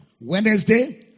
Wednesday